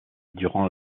durant